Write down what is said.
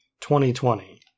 2020